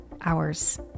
hours